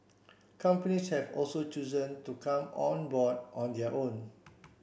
companies have also chosen to come on board on their own